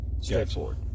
Straightforward